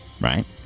right